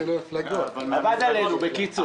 עבד עלינו, בקיצור.